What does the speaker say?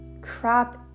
crap